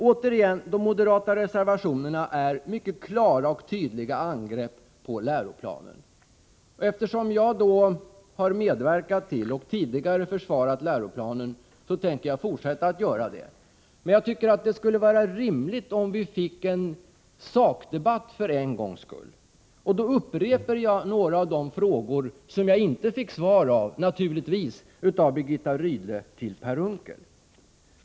Återigen: De moderata reservationerna innebär mycket klara och tydliga angrepp på läroplanen. Jag har medverkat till läroplanen, och jag har tidigare försvarat den. Det tänker jag fortsätta att göra. Men jag tycker att det skulle vara rimligt om vi fick en sakdebatt för en gångs skull. Därför upprepar jag några av de frågor som Birgitta Rydle naturligtvis inte svarade på, och jag riktar dem nu till Per Unckel.